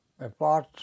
apart